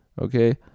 okay